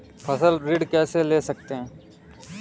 फसल ऋण कैसे ले सकते हैं?